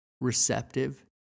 receptive